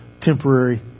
temporary